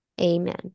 Amen